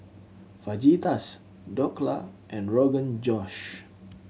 Fajitas Dhokla and Rogan Josh